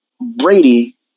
Brady